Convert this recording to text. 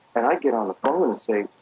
and i get on the phone and say,